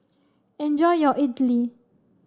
enjoy your Idly